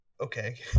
okay